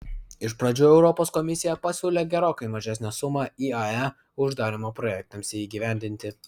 iš pradžių europos komisija pasiūlė gerokai mažesnę sumą iae uždarymo projektams įgyvendinti